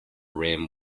rim